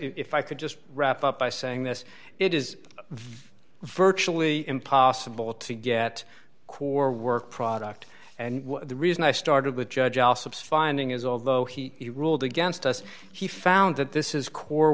if i could just wrap up by saying this it is virtually impossible to get core work product and the reason i started with judge also finding is although he ruled against us he found that this is core